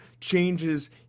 changes